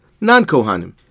non-kohanim